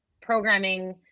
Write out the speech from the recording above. programming